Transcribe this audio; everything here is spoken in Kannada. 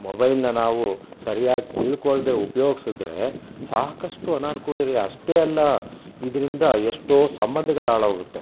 ಮೊಬೈಲನ್ನ ನಾವು ಸರಿಯಾಗಿ ತಿಳ್ಕೊಳ್ದೇ ಉಪ್ಯೋಗ್ಸಿದ್ರೆ ಸಾಕಷ್ಟು ಅನನ್ಕೂಲಿದೆ ಅಷ್ಟೇ ಅಲ್ಲ ಇದರಿಂದ ಎಷ್ಟೋ ಸಂಬಂಧಗಳು ಹಾಳಾಗುತ್ತೆ